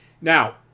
Now